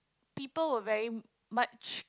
people were very much